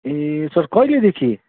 ए sir कहिलेदेखि